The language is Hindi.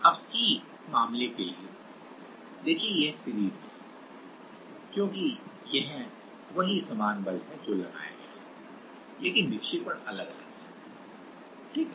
अब c मामले के लिए देखिए यह सीरीज में है क्योंकि यह वही समान बल है जो लगाया गया है लेकिन विक्षेपण भिन्न है ठीक है